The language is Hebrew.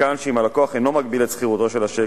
מכאן שאם הלקוח אינו מגביל את סחירותו של הצ'ק,